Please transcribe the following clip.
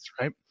right